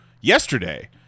yesterday